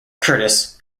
curtis